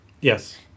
Yes